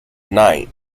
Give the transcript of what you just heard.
knight